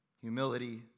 Humility